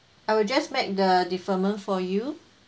I will just make the deferment for you